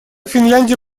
финляндия